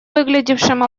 выглядевшем